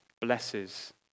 blesses